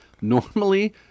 Normally